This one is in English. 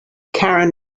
karen